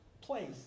place